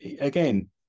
again